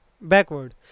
backward